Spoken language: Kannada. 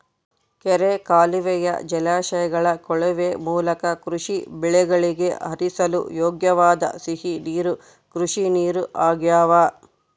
ಕೆರೆ ಕಾಲುವೆಯ ಜಲಾಶಯಗಳ ಕೊಳವೆ ಮೂಲಕ ಕೃಷಿ ಬೆಳೆಗಳಿಗೆ ಹರಿಸಲು ಯೋಗ್ಯವಾದ ಸಿಹಿ ನೀರು ಕೃಷಿನೀರು ಆಗ್ಯಾವ